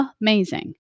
amazing